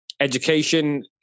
education